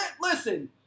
listen